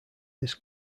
this